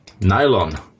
Nylon